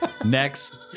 Next